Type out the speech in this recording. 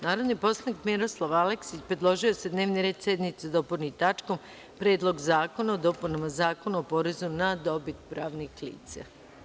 Narodni poslanik Miroslav Aleksić predložio je da se dnevni red sednice dopuni tačkom, Predlog zakona o dopunama Zakona o porezu na dobit pravnih lica.